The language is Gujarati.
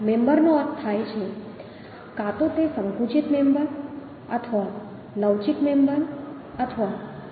મેમ્બરનો અર્થ થાય છે કાં તો તે સંકુચિત મેમ્બર અથવા લવચીક મેમ્બર અથવા તણાવ મેમ્બર છે